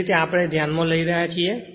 જે રીતે આપણે ધ્યાનમાં લઈ રહ્યા છીએ